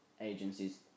agencies